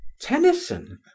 tennyson